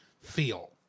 feel